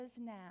now